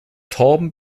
torben